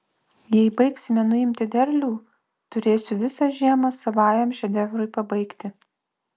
jei baigsime nuimti derlių turėsiu visą žiemą savajam šedevrui pabaigti